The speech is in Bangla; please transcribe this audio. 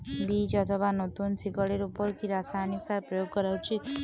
বীজ অথবা নতুন শিকড় এর উপর কি রাসায়ানিক সার প্রয়োগ করা উচিৎ?